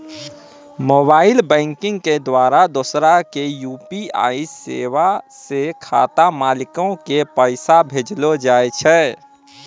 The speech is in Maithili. मोबाइल बैंकिग के द्वारा दोसरा के यू.पी.आई सेबा से खाता मालिको के पैसा भेजलो जाय छै